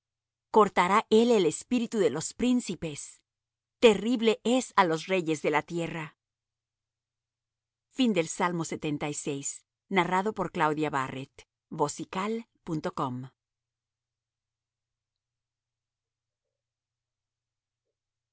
cortará él el espíritu de los príncipes terrible es á los reyes de la tierra al músico principal